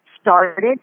started